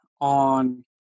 on